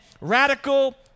radical